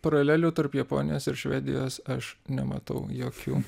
paralelių tarp japonijos ir švedijos aš nematau jokių